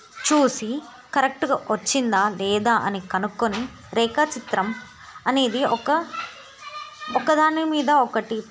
చూసి కరెక్ట్గా వచ్చిందా లేదా అని కనుక్కొని రేఖా చిత్రం అనేది ఒక ఒకదాని మీద ఒకటి